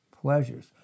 Pleasures